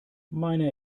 meine